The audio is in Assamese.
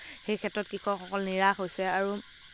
সেইক্ষেত্ৰত কৃষকসকল নিৰাশ হৈছে আৰু